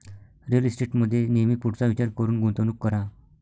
real इस्टेटमध्ये नेहमी पुढचा विचार करून गुंतवणूक करा